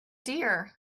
dear